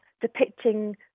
depicting